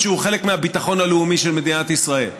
שהוא חלק מהביטחון הלאומי של מדינת ישראל.